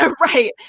Right